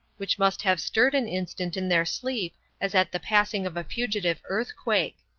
which must have stirred an instant in their sleep as at the passing of a fugitive earthquake.